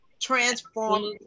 transform